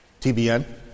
TBN